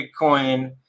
Bitcoin